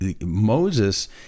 moses